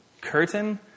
curtain